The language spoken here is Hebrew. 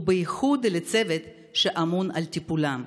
ובייחוד לצוות שממונה על טיפולם.